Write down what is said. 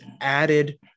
added